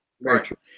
Right